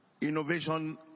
innovation